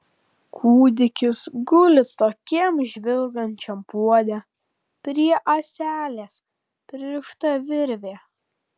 kūdikis guli tokiam žvilgančiam puode prie ąselės pririšta virvė